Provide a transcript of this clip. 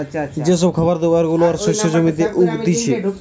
যে সব খাবার দাবার গুলা আর শস্য জমিতে উগতিচে